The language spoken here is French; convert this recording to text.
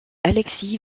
alexis